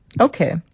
Okay